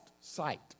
sight